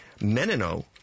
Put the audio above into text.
Menino